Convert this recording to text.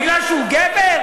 מפני שהוא גבר?